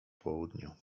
południu